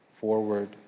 forward